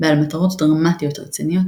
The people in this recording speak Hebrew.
בעל מטרות דרמטיות רציניות,